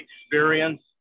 experience